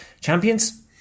Champions